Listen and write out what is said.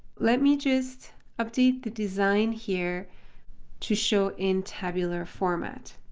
let me just update the design here to show in tabular format.